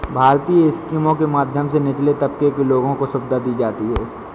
भारतीय स्कीमों के माध्यम से निचले तबके के लोगों को सुविधा दी जाती है